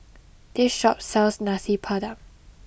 this shop sells Nasi Padang